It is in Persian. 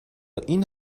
این